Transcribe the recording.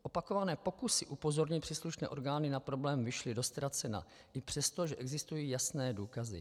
Opakované pokusy upozornit příslušné orgány na problém vyšly do ztracena i přesto, že existují jasné důkazy.